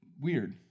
weird